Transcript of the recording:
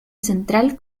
central